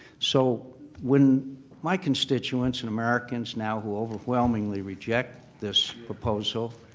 so when my constituents and americans now who overwhelmingly reject this proposal,